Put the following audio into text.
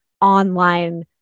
online